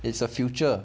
it's a future